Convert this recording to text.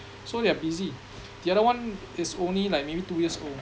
so they are busy the other one is only like maybe two years old